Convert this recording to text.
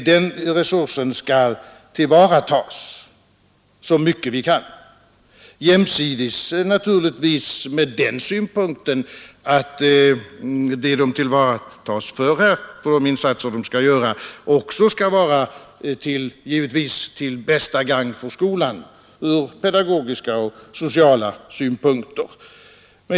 Den resursen bör vi tillvarata så mycket vi kan, men vi måste jämsides därmed se till att insatserna blir till bästa gagn för skolan ur pedagogiska och sociala synpunkter.